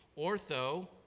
Ortho